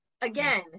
Again